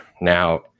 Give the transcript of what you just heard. Now